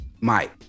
Mike